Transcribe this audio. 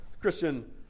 Christian